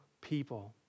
people